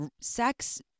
sex